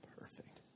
Perfect